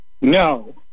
no